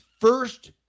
first